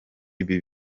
ibi